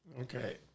Okay